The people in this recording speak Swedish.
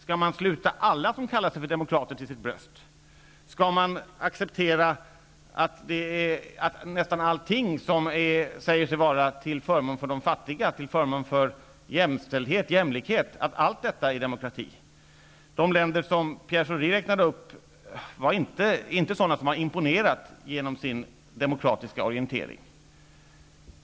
Skall vi sluta alla som kallar sig för demokrater till vårt bröst? Skall vi acceptera att nästan allt som sägs vara till förmån för de fattiga och till förmån för jämställdhet och jämlikhet är demokrati? De länder som Pierre Schori räknade upp har inte imponerat genom sin demokratiska orientering.